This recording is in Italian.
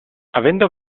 avendo